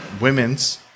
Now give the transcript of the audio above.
women's